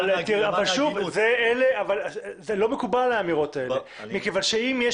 האמירות האלה לא מקובלות עלי מכיוון שאם יש